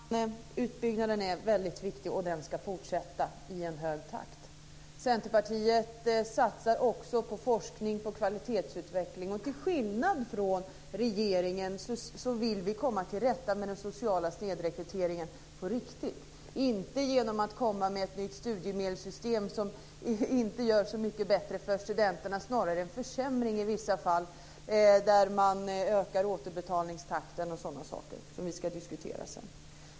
Herr talman! Utbyggnaden är väldigt viktig och den ska fortsätta i hög takt. Centerpartiet satsar också på forskning och kvalitetsutveckling. Till skillnad från regeringen vill vi på riktigt komma till rätta med den sociala snedrekryteringen, men inte genom att komma med ett nytt studiemedelssystem som inte gör det så mycket bättre för studenterna utan som snarare i vissa fall ger en försämring genom att återbetalningstakten ökar osv. De sakerna ska vi senare diskutera.